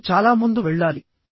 మీరు చాలా ముందు వెళ్ళాలి